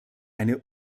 eine